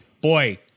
boy